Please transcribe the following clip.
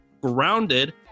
Grounded